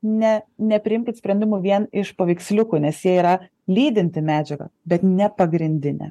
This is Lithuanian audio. ne nepriimkit sprendimų vien iš paveiksliukų nes jie yra lydinti medžiaga bet ne pagrindinė